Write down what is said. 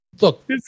Look